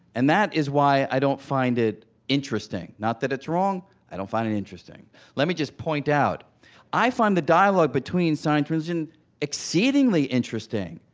and that is why i don't find it interesting. not that it's wrong i don't find it interesting let me just point out i find the dialogue between science religion exceedingly interesting,